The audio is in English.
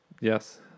Yes